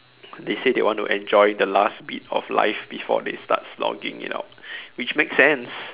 they say they want to enjoy the last bit of life before they start slogging it out which makes sense